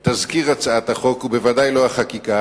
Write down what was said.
תזכיר החוק, והחקיקה